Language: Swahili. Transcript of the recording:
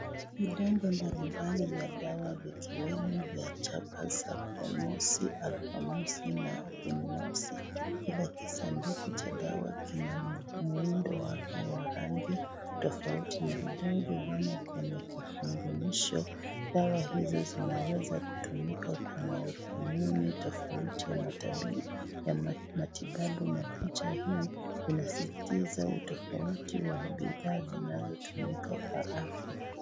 Vidonge mbalimbali vya dawa vikiwemo vya chapa za (cs)promoxi, alphamoxi na benmoxi(cs). Kila kisanduku cha dawa kina muundo wake wa rangi tofauti na vidonge vimo kwenye kifunganisho. Dawa hizo zinaweza kutumika kwa maumivu tofauti ya matibabu ya picha hii unasisitiza utofauti wa bidhaa zinazotumiwa kwa afya.